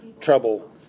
trouble